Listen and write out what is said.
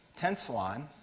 tensilon